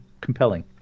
compelling